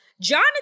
Jonathan